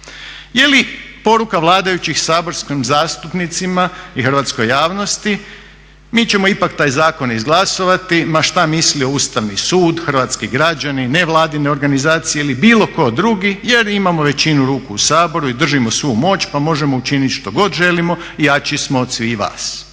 Jeli poruka vladajućih saborskim zastupnicima i hrvatskoj javnosti, mi ćemo ipak taj zakon izglasati ma šta mislio Ustavi sud, hrvatski građani, nevladine organizacije ili bilo tko drugi jer imamo većinu ruku u Saboru i držimo svu moć pa možemo učiniti što god želimo i jači smo od svih vas?